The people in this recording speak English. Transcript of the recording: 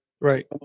right